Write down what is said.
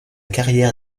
carrière